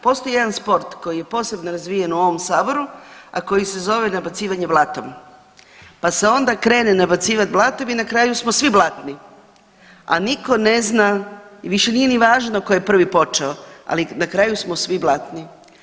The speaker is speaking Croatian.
Postoji jedan sport koji je posebno razvijan u ovom saboru, a koji se zove nabacivanje blatom, pa se onda krene nabacivat blatom i na kraju smo svi blatni, a niko ne zna i više nije ni važno ko je prvi počeo, ali na kraju smo svi blatni.